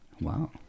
wow